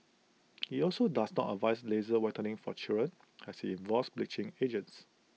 he also does not advise laser whitening for children as IT involves bleaching agents